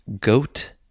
goat